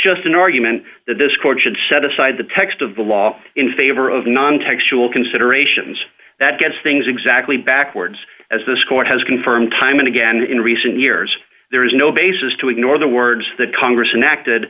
just an argument that this court should set aside the text of the law in favor of non textual considerations that gets things exactly backwards as this court has confirmed time and again in recent years there is no basis to ignore the words that congress and acted